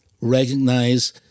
recognize